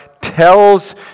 tells